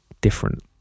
different